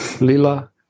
lila